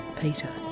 Peter